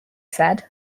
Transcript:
said